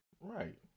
Right